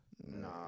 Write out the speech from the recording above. Nah